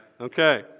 Okay